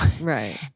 Right